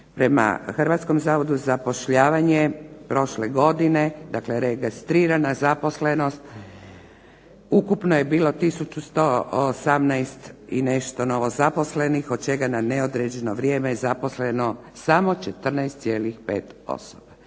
prema Hrvatskom zavodu za zapošljavanje prošle godine dakle registrirana zaposlenost ukupno je bilo 1118 novozaposlenih od čega na neodređeno vrijeme je zaposleno samo 14,5 osoba.